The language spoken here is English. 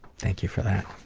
thank you for that.